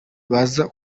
baza